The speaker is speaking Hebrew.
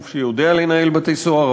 גוף שיודע לנהל בתי-סוהר,